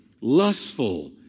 lustful